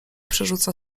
przerzuca